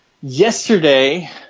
yesterday